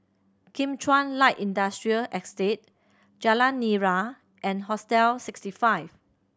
Kim Chuan Light Industrial Estate Jalan Nira and Hostel Sixty Five